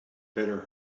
better